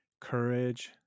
courage